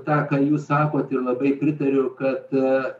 tą ką jūs sakote ir labai pritariu kad a